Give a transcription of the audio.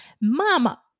Mama